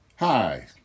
Hi